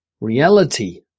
Reality